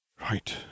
Right